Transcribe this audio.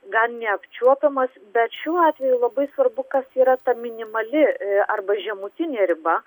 gan neapčiuopiamas bet šiuo atveju labai svarbu kas yra ta minimali arba žemutinė riba